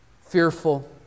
fearful